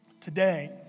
Today